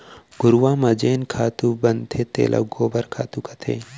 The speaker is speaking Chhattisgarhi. घुरूवा म जेन खातू बनथे तेला गोबर खातू कथें